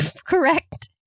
correct